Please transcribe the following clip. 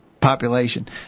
population